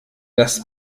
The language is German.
das